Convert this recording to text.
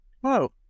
whoa